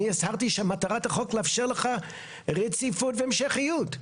אני הצהרתי שמטרת החוק לאפשר לך רציפות והמשכיות,